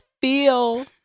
feel